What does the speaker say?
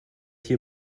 hier